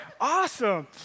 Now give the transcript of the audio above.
Awesome